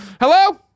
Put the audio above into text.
Hello